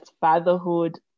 fatherhood